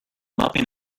bumping